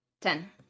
ten